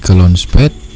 launchpad